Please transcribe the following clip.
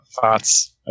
thoughts